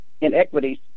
inequities